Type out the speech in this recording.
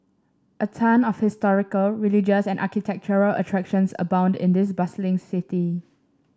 a ton of historical religious and architectural attractions abound in this bustling city